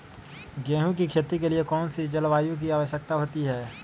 गेंहू की खेती के लिए कौन सी जलवायु की आवश्यकता होती है?